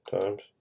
times